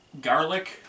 garlic